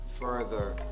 further